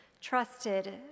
trusted